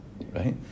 right